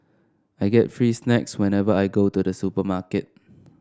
I get free snacks whenever I go to the supermarket